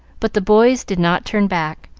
but the boys did not turn back,